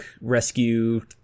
rescue